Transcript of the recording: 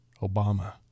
Obama